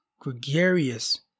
gregarious